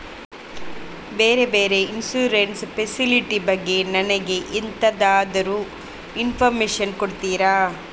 ಬೇರೆ ಬೇರೆ insurance facility ಬಗ್ಗೆ ನನಗೆ ಎಂತಾದ್ರೂ ಇನ್ಫೋರ್ಮೇಷನ್ ಕೊಡ್ತೀರಾ?